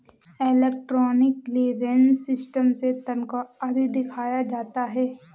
electronic clearance system से तनख्वा आदि दिया जाता है